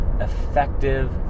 effective